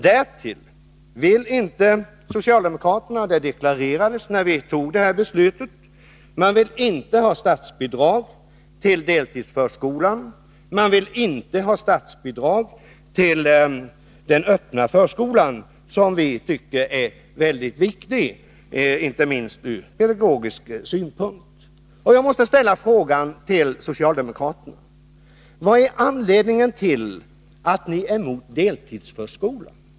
Därtill vill inte socialdemokraterna — det deklarerades när vi tog beslutet — ha statsbidrag till deltidsförskolan och man vill inte ha statsbidrag till den öppna förskolan, som vitycker är väldigt viktig, inte minst ur pedagogisk synpunkt. Jag måste ställa frågan till socialdemokraterna: Vad är anledningen till att ni är emot deltidsförskolan?